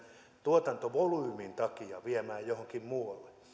tuotantovolyymin takia viemään johonkin muualle